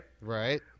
Right